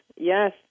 yes